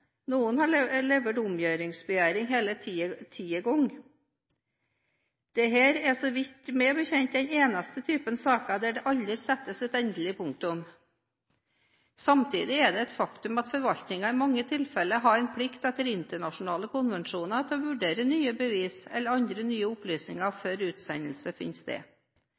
Noen har levert omgjøringsbegjæring hele ti ganger. Dette er så vidt jeg vet den eneste typen saker der det aldri settes et endelig punktum. Samtidig er det et faktum at forvaltningen i mange tilfeller har en plikt etter internasjonale konvensjoner til å vurdere nye bevis eller andre nye opplysninger før utsendelse finner sted.